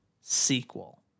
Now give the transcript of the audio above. sequel